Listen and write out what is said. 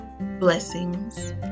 blessings